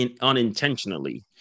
unintentionally